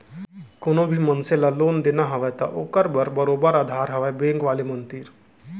कोनो भी मनसे ल लोन देना हवय त ओखर बर बरोबर अधार हवय बेंक वाले मन तीर